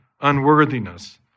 unworthiness